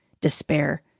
despair